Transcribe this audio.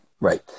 Right